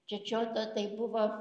čečioto tai buvo